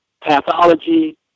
pathology